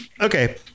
Okay